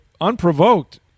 unprovoked